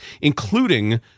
including